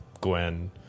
Gwen